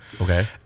Okay